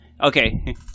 Okay